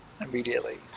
immediately